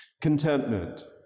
Contentment